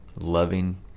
loving